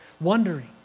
wondering